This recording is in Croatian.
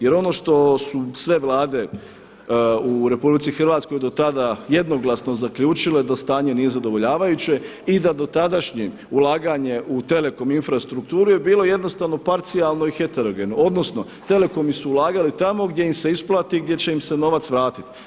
Jer ono što su sve Vlade u RH do tada jednoglasno zaključile da stanje nije zadovoljavajuće i da dotadašnje ulaganje u telekom infrastrukturu je bilo jednostavno parcijalno i heterogeno, odnosno telekomi su ulagali tamo gdje im se isplati i gdje će im se novac vratiti.